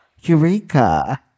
Eureka